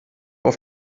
auf